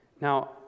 Now